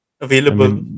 available